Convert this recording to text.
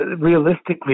realistically